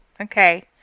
Okay